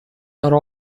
are